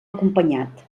acompanyat